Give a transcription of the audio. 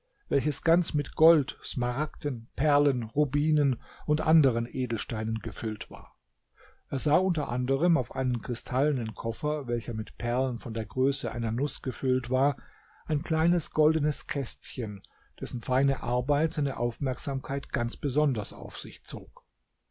welches ganz mit gold smaragden perlen rubinen und anderen edelsteinen gefüllt war er sah unter anderem auf einem kristallenen koffer welcher mit perlen von der größe einer nuß gefüllt war ein kleines goldenes kästchen dessen feine arbeit seine aufmerksamkeit ganz besonders auf sich zog